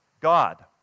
God